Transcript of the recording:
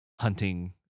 hunting